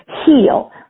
heal